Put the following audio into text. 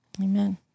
Amen